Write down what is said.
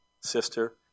sister